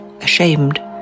ashamed